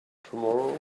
tomorrow